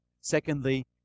Secondly